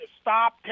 stop